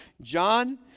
john